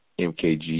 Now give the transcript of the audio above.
MKG